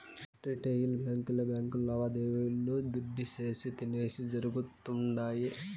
retail బాంకీలే బాంకీలు లావాదేవీలు దుడ్డిసేది, తీసేది జరగుతుండాది